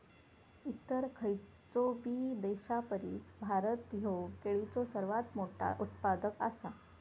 इतर खयचोबी देशापरिस भारत ह्यो केळीचो सर्वात मोठा उत्पादक आसा